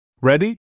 Ready